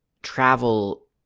travel